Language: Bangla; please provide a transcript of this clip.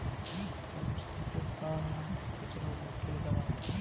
ক্যাপসিকাম খুচরা বিক্রি কেমন?